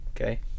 Okay